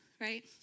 right